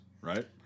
right